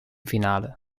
finale